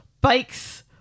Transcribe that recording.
bikes